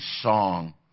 song